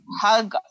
hug